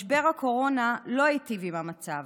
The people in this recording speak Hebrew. משבר הקורונה לא היטיב את המצב.